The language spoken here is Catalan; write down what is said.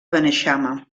beneixama